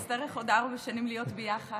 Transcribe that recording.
אנחנו נצטרך עוד ארבע שנים להיות ביחד.